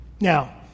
Now